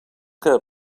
que